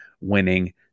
winning